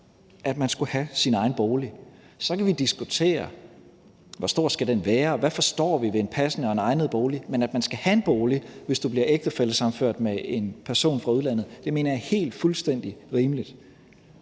at man skulle have sin egen bolig. Så kan vi diskutere, hvor stor den skal være, og hvad vi forstår ved en passende og egnet bolig. Men at man skal have en bolig, hvis man bliver ægtefællesammenført med en person fra udlandet, mener jeg er fuldstændig rimeligt.